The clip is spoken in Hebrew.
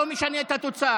זה לא משנה את התוצאה.